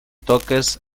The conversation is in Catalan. toques